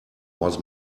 was